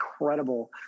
incredible